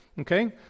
Okay